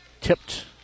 tipped